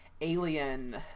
Alien